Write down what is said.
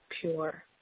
pure